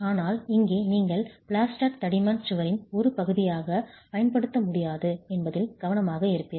ஆனால் இங்கே நீங்கள் பிளாஸ்டர் தடிமன் சுவரின் ஒரு பகுதியாகப் பயன்படுத்த முடியாது என்பதில் கவனமாக இருப்பீர்கள்